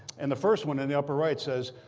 and the first one in the upper right says,